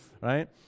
right